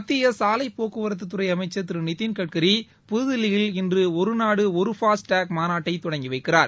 மத்திய சாலை போக்குவரத்துத்துறை அமைச்சர் திரு நிதின் கட்கரி புதுதில்லியில் இன்று ஒரு நாடு ஒரு ஃபாஸ்ட் டேக் மாநாட்டை தொடங்கி வைக்கிறார்